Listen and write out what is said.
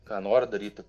ką nori daryti